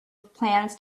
plans